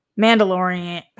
Mandalorian